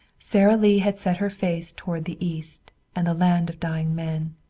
sara lee had set her face toward the east, and the land of dying men.